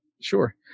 sure